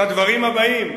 כדברים הבאים: